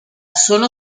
sono